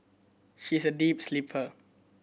she's a deep sleeper